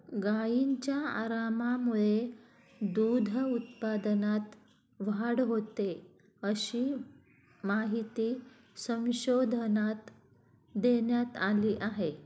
गायींच्या आरामामुळे दूध उत्पादनात वाढ होते, अशी माहिती संशोधनात देण्यात आली आहे